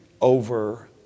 over